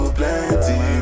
plenty